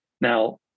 Now